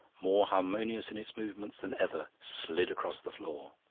more harmonious in its movements than ever, slid across the floor.